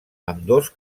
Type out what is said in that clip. ambdós